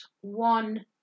one